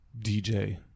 DJ